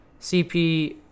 CP